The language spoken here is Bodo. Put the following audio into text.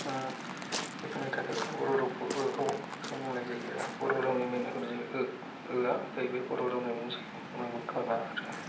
ओं बेफोरनि थाखाय बर' रावखौ ओ औ बांसिन बुंनाय जायो आरो बर' रावनि मेइना जाहैबाय ओ ओ आ जाहैबाय बर' रावनि बांसिन माबा आरो